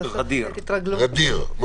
אני